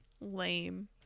lame